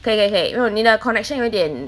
可以可以可以 no 你的 connection 有一点